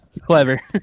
Clever